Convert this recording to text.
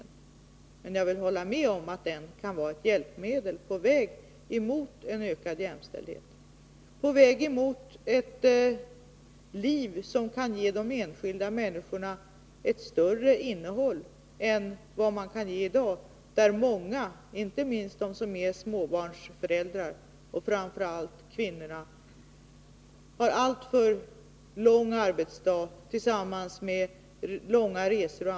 Jag kan emellertid hålla med om att en sådan kan vara ett hjälpmedel på vägen mot ökad jämställdhet, mot något som kan ge de enskilda människornas liv ett bättre innehåll än i dag. Många — inte minst småbarnsföräldrar, och framför allt kvinnor — har ju alltför lång arbetsdag, långa resor etc.